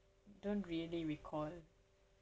don't really recall